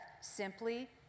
simply